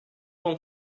want